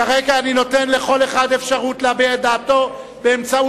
כרגע אני נותן לכל אחד אפשרות להביע את דעתו בהצבעתו,